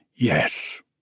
Yes